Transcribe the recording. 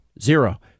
Zero